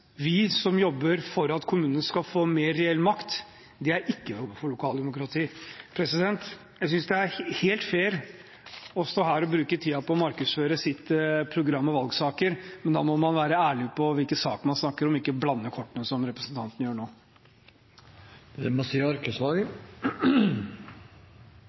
for at kommunene skal få mer reell makt – som vi gjør – ikke er å jobbe for lokaldemokrati. Jeg synes det er helt «fair» å stå her og bruke tiden på å markedsføre sitt program og sine valgsaker, men da må man være ærlig om hvilken sak man snakker om, og ikke blande kortene, som representanten gjør nå.